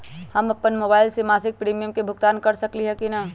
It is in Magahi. हम अपन मोबाइल से मासिक प्रीमियम के भुगतान कर सकली ह की न?